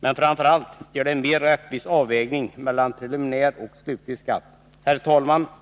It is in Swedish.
Men framför allt ger det en mer rättvis avvägning mellan preliminär och slutlig skatt. Herr talman!